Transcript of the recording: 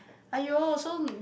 !aiyo! so